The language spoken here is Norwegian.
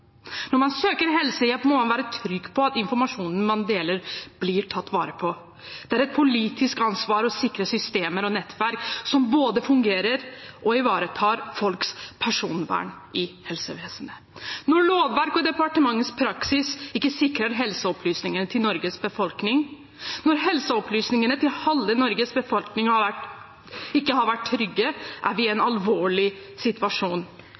Når man søker helsehjelp, må man være trygg på at informasjonen man deler, blir tatt vare på. Det er et politisk ansvar å sikre systemer og nettverk som både fungerer og ivaretar folks personvern i helsevesenet. Når lovverket og departementets praksis ikke sikrer helseopplysninger til Norges befolkning, når helseopplysningene til halve Norges befolkning ikke har vært trygge, er vi i en alvorlig situasjon.